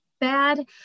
bad